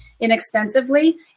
inexpensively